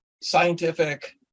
scientific